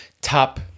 top